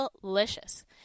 delicious